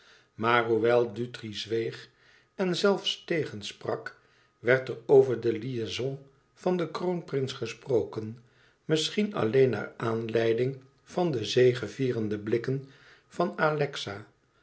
maar hoewel dutri zweeg en zelfs tegensprak werd er over de liaison van den kroonprins gesproken misschien alleen naar aanleiding van de zegevierende blikken van alexa